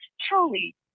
truly